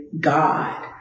God